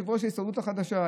יושב-ראש ההסתדרות החדשה,